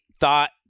thought